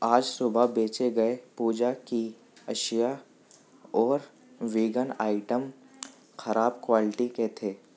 آج صبح بھیجے گئے پوجا کی اشیاء اور ویگن آئٹم خراب کوالٹی کے تھے